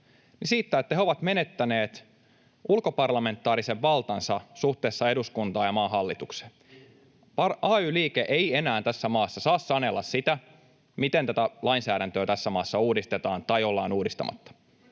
kyse. Siitä, että he ovat menettäneet ulkoparlamentaarisen valtansa suhteessa eduskuntaan ja maan hallitukseen. Ay-liike ei enää tässä maassa saa sanella sitä, miten tätä lainsäädäntöä tässä maassa uudistetaan tai ollaan uudistamatta.